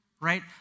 right